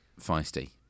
feisty